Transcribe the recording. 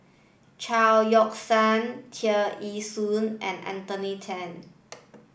Chao Yoke San Tear Ee Soon and Anthony Then